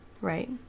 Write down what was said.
Right